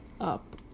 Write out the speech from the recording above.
up